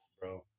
bro